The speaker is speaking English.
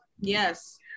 Yes